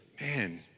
man